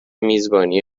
میزبانی